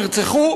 נרצחו,